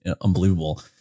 unbelievable